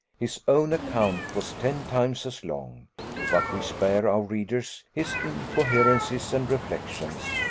his own account was ten times as long but we spare our readers his incoherences and reflections,